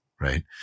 right